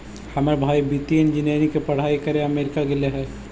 हमर भाई वित्तीय इंजीनियरिंग के पढ़ाई करे अमेरिका गेले हइ